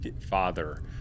father